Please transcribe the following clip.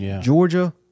Georgia